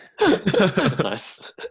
nice